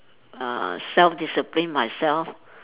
uh self disciplined myself